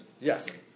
Yes